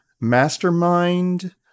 mastermind